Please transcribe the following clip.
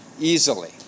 easily